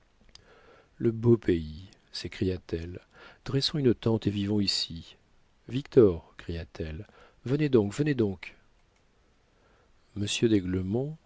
le beau pays s'écria-t-elle dressons une tente et vivons ici victor cria-t-elle venez donc venez donc